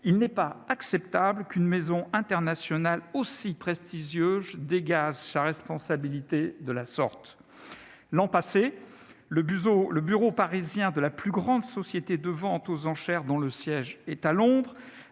il n'est pas acceptable qu'une maison internationale aussi prestigieuse dégage sa responsabilité de la sorte. L'an passé, le bureau parisien de la plus grande société de vente aux enchères, dont le siège est à Londres,